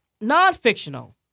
non-fictional